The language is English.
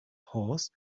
horse